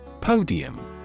Podium